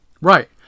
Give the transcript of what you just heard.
Right